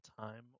time